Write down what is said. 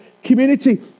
Community